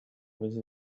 with